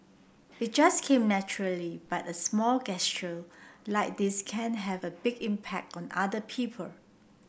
it just came naturally but a small like this can have a big impact on other people